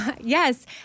Yes